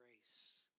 grace